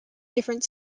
different